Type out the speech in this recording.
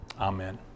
Amen